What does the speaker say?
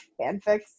fanfics